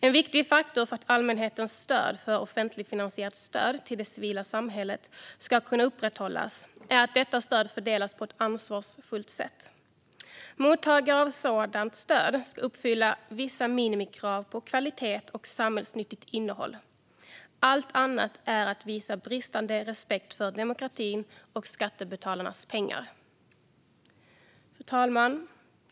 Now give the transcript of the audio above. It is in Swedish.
En viktig faktor för att allmänhetens stöd för offentligfinansierat stöd till det civila samhället ska kunna upprätthållas är att detta stöd fördelas på ett ansvarsfullt sätt. Mottagare av sådant stöd ska uppfylla vissa minimikrav på kvalitet och samhällsnyttigt innehåll. Allt annat är att visa bristande respekt för demokratin och skattebetalarnas pengar. Fru talman!